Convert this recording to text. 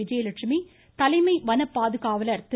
விஜயலெட்சுமி தலைமை வனப்பாதுகாவலர் திரு